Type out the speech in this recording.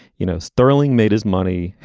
you know sterling made his money.